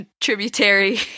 tributary